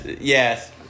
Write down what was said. yes